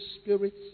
spirits